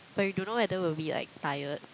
but you don't know whether will we like tired